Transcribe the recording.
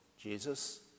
Jesus